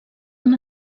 una